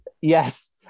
yes